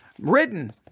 written